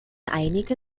einige